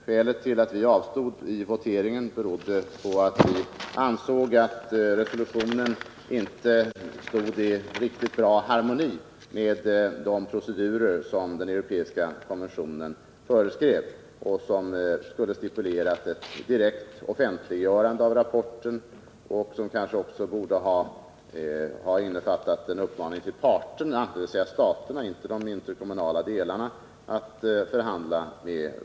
Skälet till att vi avstod i voteringen var att vi ansåg att resolutionen inte stod i riktigt bra harmoni med de procedurer som den europeiska rättighetskonventionen föreskriver. Den borde ha stipulerat ett direkt offentliggörande av rapporten och innefattat en uppmaning till parterna i målet — dvs. staterna, inte de interkommunala delarna — om åtgärder.